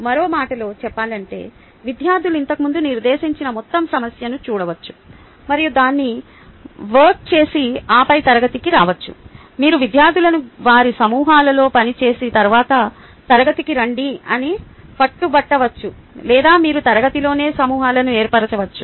మరో మాటలో చెప్పాలంటే విద్యార్థులు ఇంతకుముందు నిర్దేశించిన మొత్తం సమస్యను చూడవచ్చు మరియు దాన్ని వర్క్ చేసి ఆపై తరగతికి రావచ్చు మీరు విద్యార్థులను వారి సమూహాలలో పని చేసి తరువాత తరగతికి రండి అని పట్టుబట్టవచ్చు లేదా మీరు తరగతిలోనే సమూహాలను ఏర్పరచవచ్చు